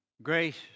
Grace